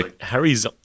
Harry's